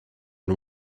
and